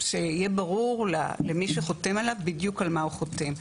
שיהיה ברור למי שחותם עליו בדיוק על מה הוא חותם.